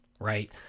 Right